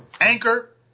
Anchor